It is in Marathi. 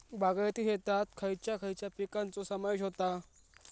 बागायती शेतात खयच्या खयच्या पिकांचो समावेश होता?